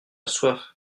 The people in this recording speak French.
soif